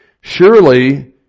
Surely